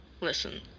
Listen